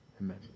Amen